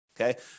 Okay